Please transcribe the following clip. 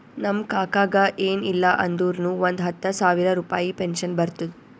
ನಮ್ ಕಾಕಾಗ ಎನ್ ಇಲ್ಲ ಅಂದುರ್ನು ಒಂದ್ ಹತ್ತ ಸಾವಿರ ರುಪಾಯಿ ಪೆನ್ಷನ್ ಬರ್ತುದ್